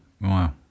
wow